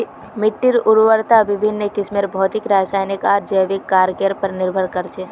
मिट्टीर उर्वरता विभिन्न किस्मेर भौतिक रासायनिक आर जैविक कारकेर पर निर्भर कर छे